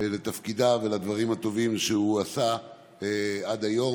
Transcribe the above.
לתפקידיו ולדברים הטובים שהוא עשה עד היום,